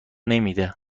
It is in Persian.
نمیده